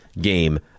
game